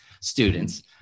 students